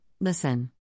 listen